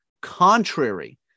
contrary